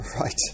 Right